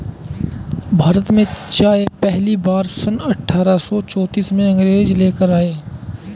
भारत में चाय पहली बार सन अठारह सौ चौतीस में अंग्रेज लेकर आए